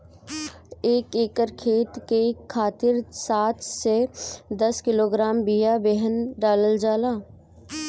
एक एकर खेत के खातिर सात से दस किलोग्राम बिया बेहन डालल जाला?